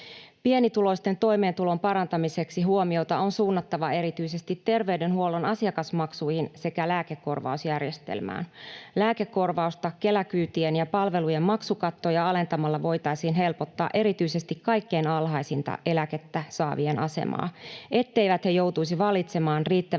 Pienituloisten toimeentulon parantamiseksi huomiota on suunnattava erityisesti terveydenhuollon asiakasmaksuihin sekä lääkekorvausjärjestelmään. Lääkekorvausta sekä Kela-kyytien ja palvelujen maksukattoja alentamalla voitaisiin helpottaa erityisesti kaikkein alhaisinta eläkettä saavien asemaa, etteivät he joutuisi valitsemaan, riittävätkö